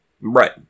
right